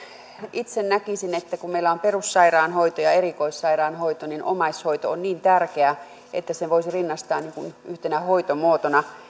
itse näkisin että että kun meillä on perussairaanhoito ja erikoissairaanhoito niin omaishoito on niin tärkeä että sen voisi rinnastaa yhtenä hoitomuotona